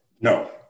No